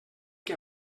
que